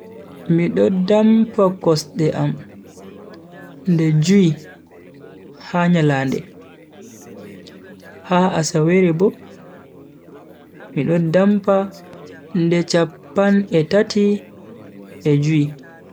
Mido dampa kosde am nde jui ha nyalande. Ha asawere bo, mido dampa nde chappan e tati e jui.